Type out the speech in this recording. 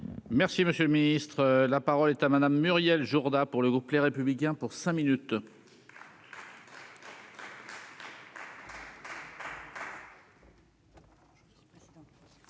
Merci, monsieur le Ministre, la parole est à Madame Muriel Jourda pour le groupe Les Républicains pour cinq minutes.